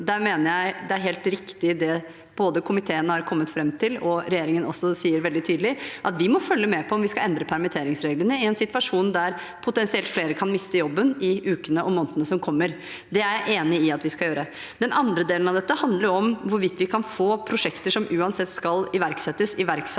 sier veldig tydelig, er helt riktig, at vi må følge med på om vi skal endre permitteringsreglene i en situasjon der flere potensielt kan miste jobben i ukene og månedene som kommer. Det er jeg enig i at vi skal gjøre. Den andre delen av dette handler om hvorvidt vi kan få prosjekter som uansett skal iverksettes, iverksatt